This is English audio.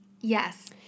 Yes